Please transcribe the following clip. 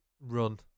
run